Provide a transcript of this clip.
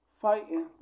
fighting